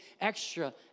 extra